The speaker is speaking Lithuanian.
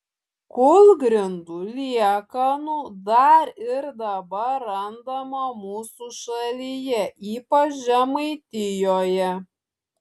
kūlgrindų liekanų dar ir dabar randama mūsų šalyje ypač žemaitijoje